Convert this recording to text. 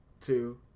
two